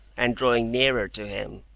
and drawing nearer to him,